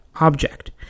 object